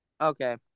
okay